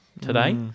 today